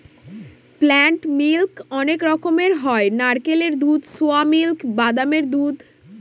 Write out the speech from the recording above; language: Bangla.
প্লান্ট মিল্ক অনেক রকমের হয় নারকেলের দুধ, সোয়া মিল্ক, বাদামের দুধ